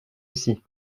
aussi